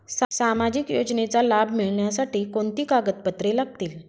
सामाजिक योजनेचा लाभ मिळण्यासाठी कोणती कागदपत्रे लागतील?